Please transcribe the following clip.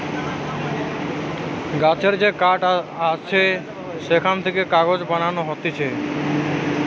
গাছের যে কাঠ আছে সেখান থেকে কাগজ বানানো হতিছে